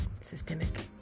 systemic